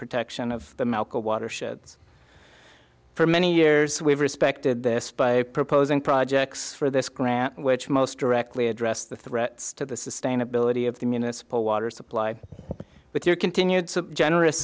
protection of the malco watersheds for many years we have respected this by proposing projects for this grant which most directly address the threats to the sustainability of the municipal water supply with your continued so generous